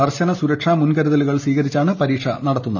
കർശന സുരക്ഷാ മുൻകരുതലുകൾ സ്വീകരിച്ചാണ് പരീക്ഷകൾ നടത്തുക